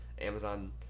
Amazon